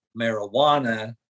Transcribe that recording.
marijuana